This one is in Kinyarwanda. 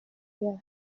yayo